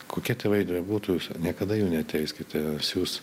kokie tėvai bebūtų jūs niekada jų neteiskite jūs